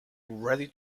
ready